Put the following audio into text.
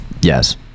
Yes